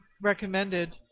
recommended